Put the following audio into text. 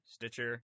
Stitcher